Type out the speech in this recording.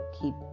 keep